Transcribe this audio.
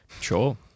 Sure